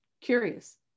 curious